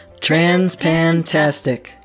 Transpantastic